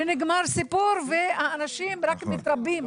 נגמר סיפור והאנשים רק מתרבים.